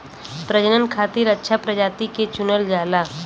प्रजनन खातिर अच्छा प्रजाति के चुनल जाला